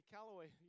Calloway